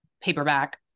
Paperback